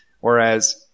whereas